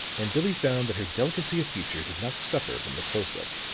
and billie found that her delicacy of feature did not suffer from the close-up.